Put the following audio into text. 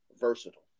versatile